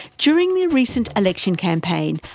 during the recent election campaign,